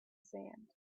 sand